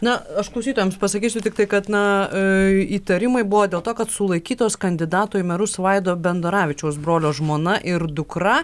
na aš klausytojams pasakysiu tiktai kad na įtarimai buvo dėl to kad sulaikytos kandidatų į merus vaido bendoravičiaus brolio žmona ir dukra